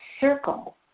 circle